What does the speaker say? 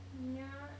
mm ya